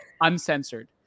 uncensored